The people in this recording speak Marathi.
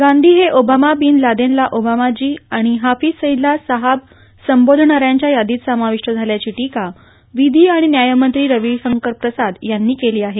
गांधी हे ओसामा बीन लादेलना ओसामाजी आणि हाफीज सईदला साहब संबोधणाऱ्यांच्या यादीत समावीष्ट झाल्याची टीका विधि आणि न्यायमंत्री रविशंकर प्रसाद यांनी केली आहे